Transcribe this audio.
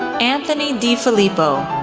anthony de filippo,